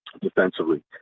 defensively